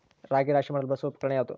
ರಾಗಿ ರಾಶಿ ಮಾಡಲು ಬಳಸುವ ಉಪಕರಣ ಯಾವುದು?